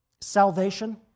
Salvation